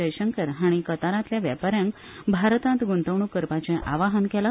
जयशंकर हाणी कतारातल्या वेपाऱ्यांक भारतात गुंतवणुक करपाचे आवाहन केला